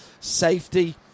safety